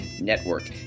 Network